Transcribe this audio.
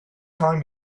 time